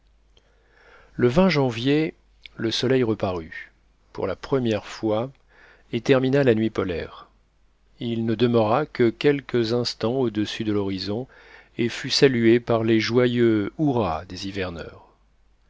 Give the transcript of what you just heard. le janvier le soleil reparut pour la première fois et termina la nuit polaire il ne demeura que quelques instants au-dessus de l'horizon et fut salué par les joyeux hurrahs des hiverneurs